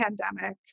pandemic